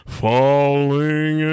falling